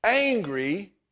angry